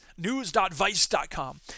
News.vice.com